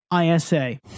ISA